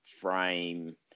frame